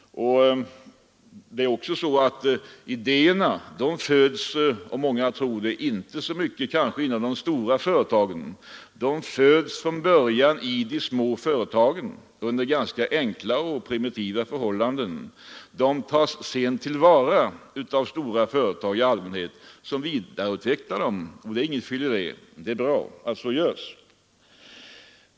Idéerna föds inte — som många tror — så mycket inom de stora företagen. De växer från början fram i de små företagen under ganska enkla och primitiva förhållanden. De tas sedan många gånger till vara av storföretagen, som vidareutvecklar dem. Det är inget fel i det, det är bra att så görs.